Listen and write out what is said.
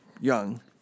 young